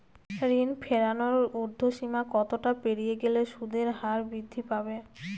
ঋণ ফেরানোর উর্ধ্বসীমা কতটা পেরিয়ে গেলে সুদের হার বৃদ্ধি পাবে?